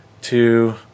two